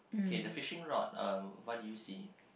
kay the fishing rod uh what do you see